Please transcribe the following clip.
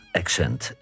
accent